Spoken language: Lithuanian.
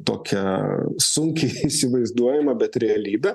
tokią sunkiai įsivaizduojamą bet realybę